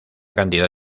cantidad